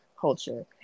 culture